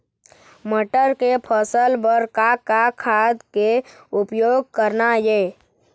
मटर के फसल बर का का खाद के उपयोग करना ये?